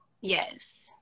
Yes